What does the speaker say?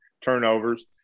turnovers